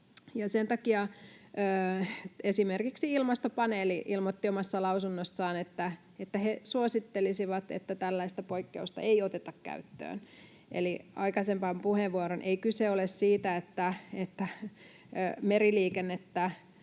Sen takia esimerkiksi Ilmastopaneeli ilmoitti omassa lausunnossaan, että he suosittelisivat, että tällaista poikkeusta ei oteta käyttöön. Eli aikaisempaan puheenvuorooni: Ei kyse ole siitä, että meriliikennettä